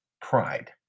pride